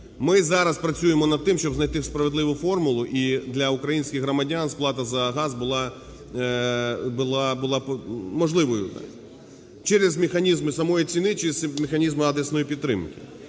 Ми зараз працюємо над тим, щоб знайти справедливу формулу і для українських громадян сплата за газ була можливою через механізми самої ціни, через механізми адресної підтримки.